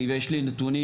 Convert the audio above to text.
יש לי נתונים,